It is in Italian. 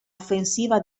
offensiva